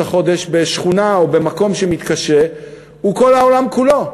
החודש בשכונה או במקום שמתקשה הוא כל העולם כולו.